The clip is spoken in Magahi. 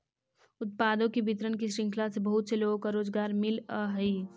उत्पादों के वितरण की श्रृंखला से बहुत से लोगों को रोजगार मिलअ हई